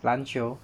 篮球